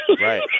Right